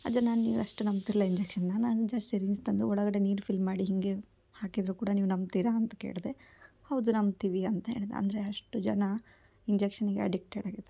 ಅಜ್ಜ ನಾನು ನೀವಷ್ಟು ನಂಬ್ತೀರಲ್ಲ ಇಂಜೆಕ್ಷನ್ನ ನಾನು ಜಸ್ಟ್ ಸಿರಿಂಜ್ ತಂದು ಒಳಗಡೆ ನೀರು ಫಿಲ್ ಮಾಡಿ ಹೀಗೇ ಹಾಕಿದ್ದರೂ ಕೂಡ ನೀವು ನಂಬ್ತೀರಾ ಅಂತ ಕೇಳಿದೆ ಹೌದು ನಂಬ್ತೀವಿ ಅಂತ ಹೇಳಿದ ಅಂದರೆ ಅಷ್ಟು ಜನ ಇಂಜೆಕ್ಷನ್ನಿಗೆ ಎಡಿಕ್ಟೆಡಾಗಿದ್ದಾರೆ